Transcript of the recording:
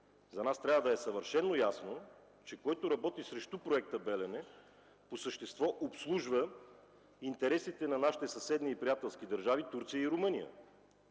за нас трябва да е съвършено ясно, че който работи срещу проекта „Белене” по същество обслужва интересите на нашите съседни и приятелски държави Турция и Румъния.